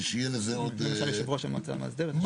אני מזמין אותך ליושב-ראש המועצה המאסדרת וכו'.